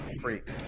freak